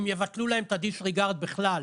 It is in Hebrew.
אם יבטלו להם את הדיסריגרד בכלל,